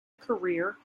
career